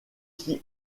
qui